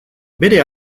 bere